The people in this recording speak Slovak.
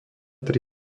tri